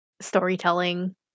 storytelling